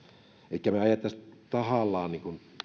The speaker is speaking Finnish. elikkä me ajaisimme tahallamme